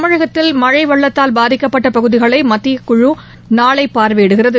தமிழகத்தில் மழை வெள்ளத்தால் பாதிக்கப்பட்ட பகுதிகளை மத்திய குழு நாளை பார்வையிடுகிறது